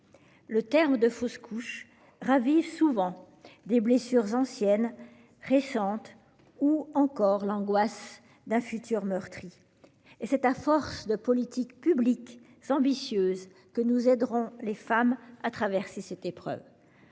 L'expression « fausse couche » ravive souvent des blessures anciennes, récentes, ou bien l'angoisse d'un avenir meurtri. C'est à force de politiques publiques ambitieuses que nous aiderons les femmes à traverser cette épreuve.